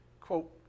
quote